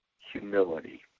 humility